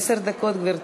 עשר דקות, גברתי.